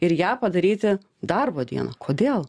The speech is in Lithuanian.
ir ją padaryti darbo diena kodėl